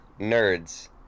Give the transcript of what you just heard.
Nerds